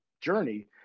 journey